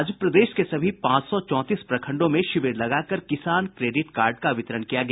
आज प्रदेश के सभी पांच सौ चौंतीस प्रखंडों में शिविर लगाकर किसान क्रेडिट कार्ड का वितरण किया गया